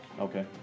Okay